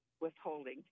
withholding